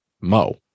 Mo